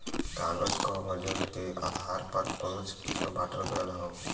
कागज क वजन के आधार पर पाँच किसम बांटल गयल हौ